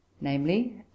namely